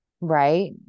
right